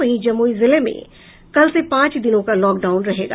वहीं जमुई जिले में कल से पांच दिनों का लॉकडाउन लागू रहेगा